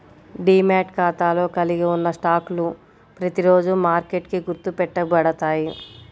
demat ఖాతాలో కలిగి ఉన్న స్టాక్లు ప్రతిరోజూ మార్కెట్కి గుర్తు పెట్టబడతాయి